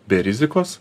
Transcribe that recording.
be rizikos